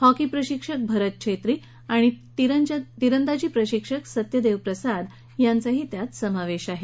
hockey प्रशिक्षक भरत छेत्री आणि तिरंदाजी प्रशिक्षक सत्य देव प्रसाद यांचा त्यात समावेश आहे